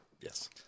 Yes